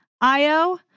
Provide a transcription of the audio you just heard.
IO